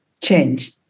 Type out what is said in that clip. change